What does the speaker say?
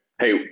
Hey